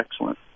excellent